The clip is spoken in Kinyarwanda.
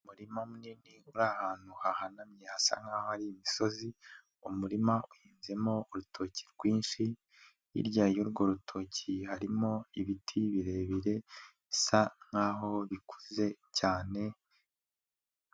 Umuririma munini uri ahantu hahanamye hasa nkaho hari imisozi. Umurima uhinzemo urutoki rwinshi hirya y'urwo rutoki harimo ibiti birebire bisa nkaho bikuze cyane.